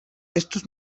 estos